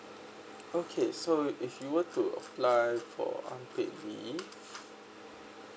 okay so if you were to apply for unpaid leave